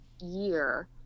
year